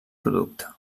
producte